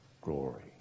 glory